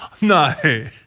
No